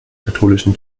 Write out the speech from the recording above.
katholischen